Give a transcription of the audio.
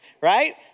right